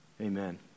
Amen